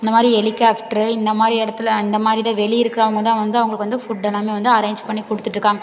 இந்த மாதிரி ஹெலிகாஃப்ட்ரு இந்த மாதிரி இடத்துல இந்த மாதிரி தான் வெளியே இருக்கிறவங்க தான் வந்து அவங்களுக்கு வந்து ஃபுட் எல்லாமே வந்து அரேஞ்ச் பண்ணி கொடுத்துட்ருக்காங்க